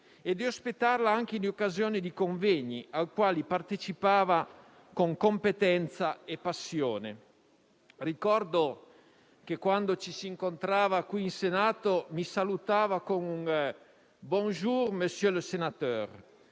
e di ospitarla anche in occasione di convegni ai quali partecipava con competenza e passione. Ricordo che, quando ci si incontrava qui in Senato, mi salutava con un «*Bonjour, monsieur le sénateur*»,